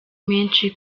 menshi